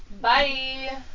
Bye